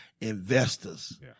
investors